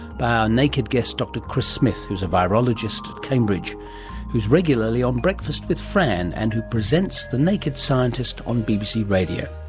by our naked guest dr chris smith who is a virologist at cambridge who is regularly on breakfast with fran and who presents the naked scientist on bbc radio